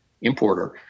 importer